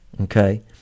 okay